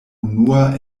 unua